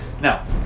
Now